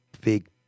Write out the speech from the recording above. big